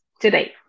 today